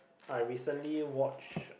I recently watch